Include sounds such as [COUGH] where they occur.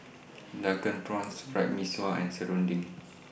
Drunken Prawns [NOISE] Fried Mee Sua and Serunding [NOISE]